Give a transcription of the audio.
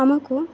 ଆମକୁ